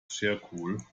charcoal